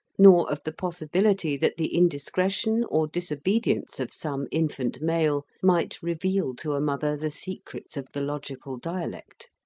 nor of the possibility that the indiscretion or disobedience of some infant male might reveal to a mother the secrets of the logical dialect.